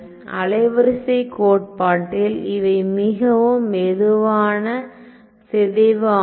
அலைவரிசைக் கோட்பாட்டில் இவை மிகவும் மெதுவான சிதைவு ஆகும்